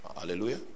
hallelujah